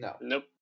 Nope